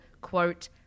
quote